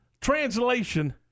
Translation